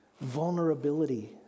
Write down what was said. Vulnerability